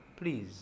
please